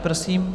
Prosím.